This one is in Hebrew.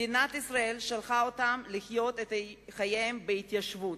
מדינת ישראל שלחה אותם לחיות את חייהם בהתיישבות,